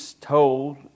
told